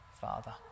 father